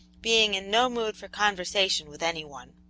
being in no mood for conversation with any one.